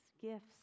gifts